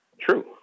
true